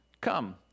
Come